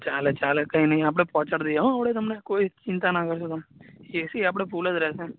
ચાલે ચાલે કંઇ નહીં આપણે પહોંચાડી દઈએ હોં આપણે તમે કોઈ ચિંતા ના કરશો તમે એસી આપણે ફૂલ જ રહેશે